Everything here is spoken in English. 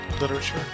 literature